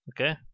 Okay